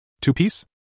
Two-piece